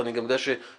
אני גם יודע שאת